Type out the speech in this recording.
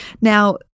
Now